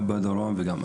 וגם בדרום.